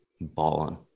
Balling